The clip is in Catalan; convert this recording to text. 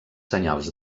senyals